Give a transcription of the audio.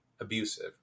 abusive